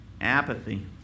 apathy